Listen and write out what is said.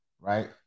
Right